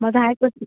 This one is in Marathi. मग आता आहेत का ते